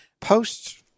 post